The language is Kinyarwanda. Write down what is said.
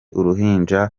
uruhinja